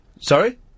Sorry